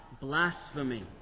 blasphemy